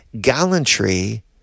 Gallantry